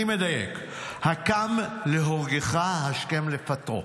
אני חוזר, אני מדייק: הקם להורגך השכם לפטרו.